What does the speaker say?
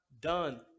done